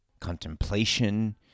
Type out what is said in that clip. contemplation